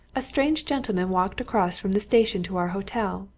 a strange gentleman walked across from the station to our hotel,